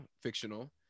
fictional